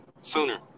Sooner